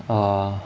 err